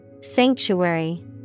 sanctuary